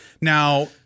Now